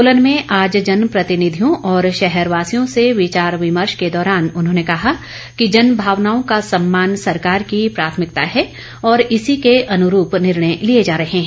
सोलन में आज जनप्रतिनिधियों और शहरवासियों से विचार विमर्श के दौरान उन्होंने कहा कि जनभावनाओं का सम्मान सरकार की प्राथमिकता है और इसी के अनुरूप निर्णय लिए जा रहे हैं